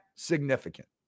significant